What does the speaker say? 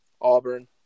Auburn